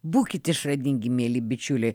būkit išradingi mieli bičiuliai